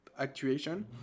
actuation